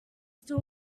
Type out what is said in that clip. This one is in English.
still